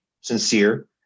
sincere